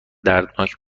دردناک